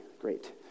great